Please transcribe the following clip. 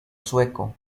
sueco